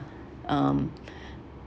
um